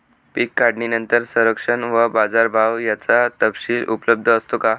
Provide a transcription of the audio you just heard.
पीक काढणीनंतर संरक्षण व बाजारभाव याचा तपशील उपलब्ध असतो का?